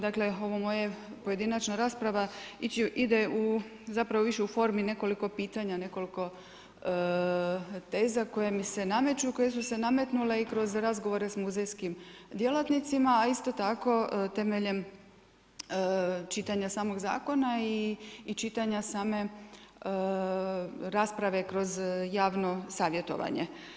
Dakle, ova moja pojedinačna rasprava ide zapravo više u formi nekoliko pitanja, nekoliko teza koje mi se nameću, koje su se nametnule i kroz razgovore s muzejskim djelatnicima, a isto tako temeljem čitanja samog Zakona i čitanja same rasprave kroz javno savjetovanje.